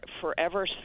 forever